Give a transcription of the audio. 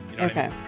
Okay